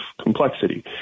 complexity